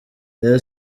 rayon